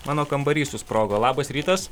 mano kambarys susprogo labas rytas